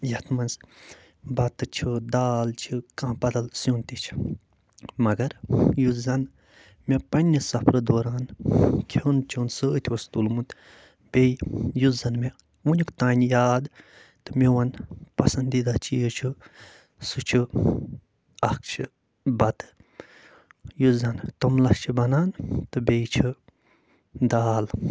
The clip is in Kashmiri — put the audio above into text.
یَتھ منٛز بَتہٕ چھُ دال چھِ کانٛہہ بدل سیُن تہِ چھِ مگر یُس زَنہٕ مےٚ پَنٛنہِ سفرٕ دوران کھیوٚن چیوٚن سۭتۍ اوس تُلمُت بیٚیہِ یُس زَنہٕ مےٚ وٕنیُک تام یاد تہٕ میون پسنٛدیٖدہ چیٖز چھُ سُہ چھِ اَکھ چھِ بَتہٕ یُس زَنہٕ توٚملَس چھِ بنان تہٕ بیٚیہِ چھِ دال